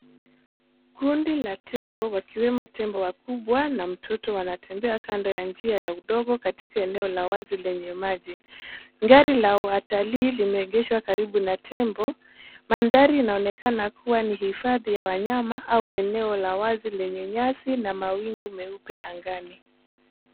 Kundi la tembo wakiwemo tembo wakubwa na mtoto wanatembea kando ya njia ya udogo katika eneo la wazi lenye maji. Gari la utalii limeegeshwa karibu na tembo. Maandhari inaonekana kuwa ni hifadhi ya wanyama au eneo la wazi lenye nyasi na mawingu meupe angani.